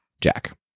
Jack